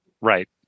Right